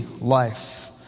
life